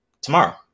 tomorrow